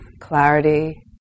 clarity